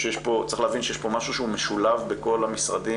צריך להבין שיש פה משהו שהוא משולב בכל המשרדים,